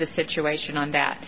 the situation on that